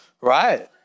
right